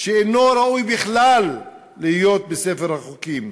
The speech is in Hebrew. שאינו ראוי בכלל להיות בספר החוקים